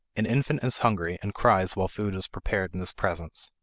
an infant is hungry, and cries while food is prepared in his presence.